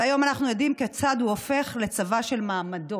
היום אנחנו יודעים כיצד הוא הופך לצבא של מעמדות,